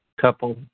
couple